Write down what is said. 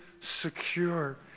secure